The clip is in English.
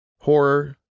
Horror